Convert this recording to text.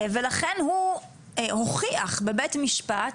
ולכן הוא הוכיח בבית משפט